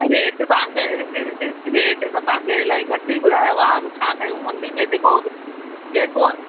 rate तव्हांखे rate त तव्हांखे इलाही घटि ई ॿुधायो आहे छा कयूं मंडी में जेको जेको